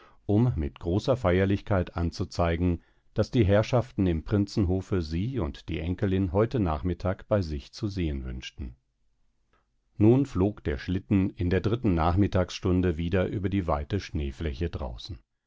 um mit großer feierlichkeit anzuzeigen daß die herrschaften im prinzenhofe sie und die enkelin heute nachmittag bei sich zu sehen wünschten nun flog der schlitten in der dritten nachmittagsstunde wieder über die weite schneefläche draußen